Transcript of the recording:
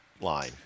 line